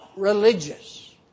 religious